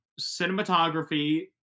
cinematography